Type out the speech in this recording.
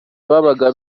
babaga